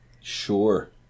Sure